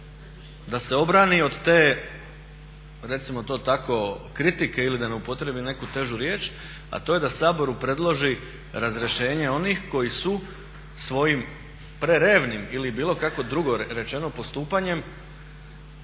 da se obrani od te recimo to tako kritike ili da ne upotrijebim neku težu riječ, a to je da Saboru predloži razrješenje onih koji su svojim prerevnim ili bilo kako drugo rečeno postupanjem